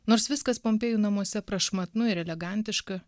nors viskas pompėjų namuose prašmatnu ir elegantiška